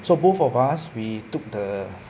so both of us we took the